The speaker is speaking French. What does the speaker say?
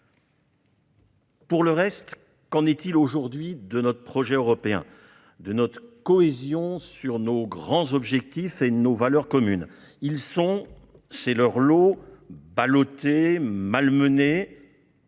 Pour le reste, qu'en est-il aujourd'hui de notre projet européen, de notre cohésion sur les grands objectifs et de nos valeurs communes ? Ils sont- c'est leur lot -ballottés, malmenés,